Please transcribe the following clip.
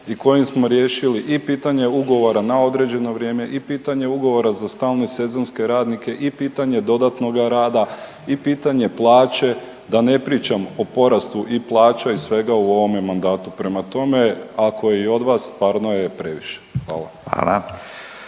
i kojim smo riješili i pitanje ugovora na određeno vrijeme i pitanje ugovora za stalne sezonske radnike i pitanje dodatnoga rada i pitanje plaće, da ne pričam o porastu i plaća i svega u ovome mandatu, prema tome ako je i od vas stvarno je previše, hvala.